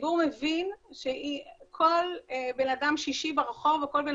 הציבור מבין שכל בן אדם שישי ברחוב או כל בן